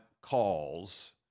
calls